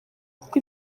kuko